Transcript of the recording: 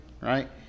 right